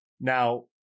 Now